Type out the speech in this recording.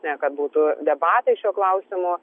ne kad būtų debatai šiuo klausimu